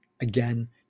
again